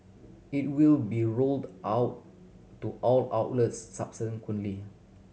it will be rolled out to all outlets subsequently